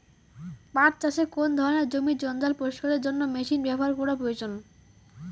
পাট চাষে কোন ধরনের জমির জঞ্জাল পরিষ্কারের জন্য মেশিন ব্যবহার করা প্রয়োজন?